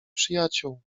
przyjaciół